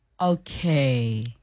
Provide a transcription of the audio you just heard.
okay